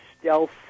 stealth